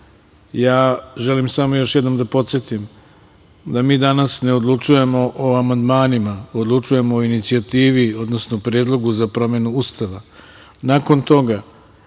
Ustava. Želim samo još jednom da podsetim da mi danas ne odlučujemo o amandmanima. Odlučujemo o inicijativi, odnosno Predlogu za promenu Ustava. Nakon toga